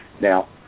Now